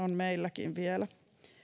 on meilläkin vielä